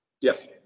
Yes